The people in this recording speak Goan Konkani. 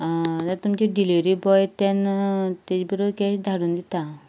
जाल तुमचे डिलिवरी बॉय तेन्ना तेज बरो कॅश धाडून दिता